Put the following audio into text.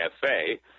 cafe